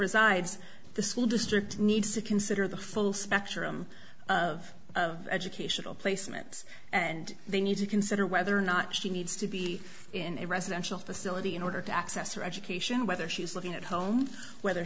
resides the school district needs to consider the full spectrum of educational placements and they need to consider whether or not she needs to be in a residential facility in order to access for education whether she's looking at home whether